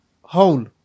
hole